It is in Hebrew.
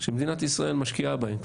שמדינת ישראל משקיעה בהן.